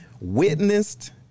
witnessed